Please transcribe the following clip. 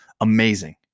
amazing